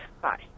Bye